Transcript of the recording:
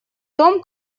том